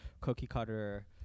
cookie-cutter